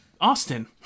Austin